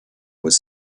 was